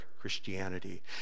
Christianity